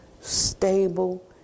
stable